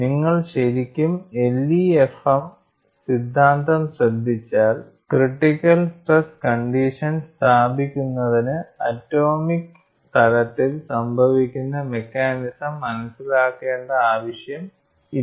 നിങ്ങൾ ശരിക്കും LEFM സിദ്ധാന്തം ശ്രദ്ധിച്ചാൽ ക്രിറ്റിക്കൽ സ്ട്രെസ് കണ്ടീഷൻ സ്ഥാപിക്കുന്നതിന് ആറ്റോമിക് തലത്തിൽ സംഭവിക്കുന്ന മെക്കാനിസം മനസ്സിലാക്കേണ്ട ആവശ്യം ഇല്ല